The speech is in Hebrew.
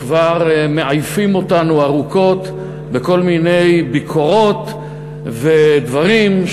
וכבר מעייפים אותנו ארוכות בכל מיני ביקורות ודברים,